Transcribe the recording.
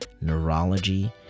neurology